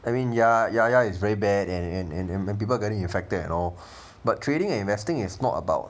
I mean ya ya ya it's very bad and and when people getting infected at all but trading and investing is not about